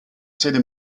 sede